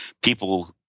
people